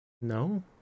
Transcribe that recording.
No